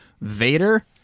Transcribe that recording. Vader